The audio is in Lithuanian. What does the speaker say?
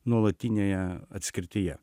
nuolatinėje atskirtyje